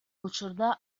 учурда